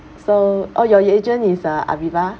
so oh your your agent is uh aviva